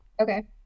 okay